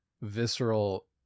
visceral